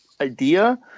idea